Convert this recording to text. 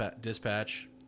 dispatch